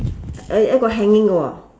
aai yat go hanging go orh